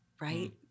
right